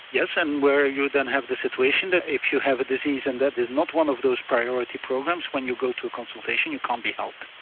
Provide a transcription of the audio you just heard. yes and where you don't have the situation that if you have a disease and that is not one of those priority programs when you go to a consultation you can't be helped.